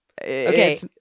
Okay